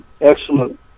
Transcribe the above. excellent